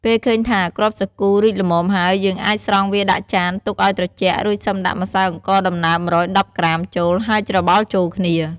ពេលឃើញថា គ្រាប់សាគូរីកល្មមហើយ យើងអាចស្រង់វាដាក់ចាន ទុកឱ្យត្រជាក់ រួចសិមដាក់ម្សៅអង្ករដំណើប ១១០ក្រាមចូល ហើយច្របល់ចូលគ្នា។